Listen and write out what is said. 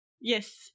Yes